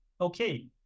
Okay